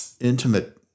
intimate